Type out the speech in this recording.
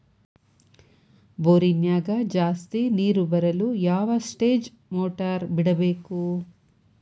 ಬೋರಿನ್ಯಾಗ ಜಾಸ್ತಿ ನೇರು ಬರಲು ಯಾವ ಸ್ಟೇಜ್ ಮೋಟಾರ್ ಬಿಡಬೇಕು?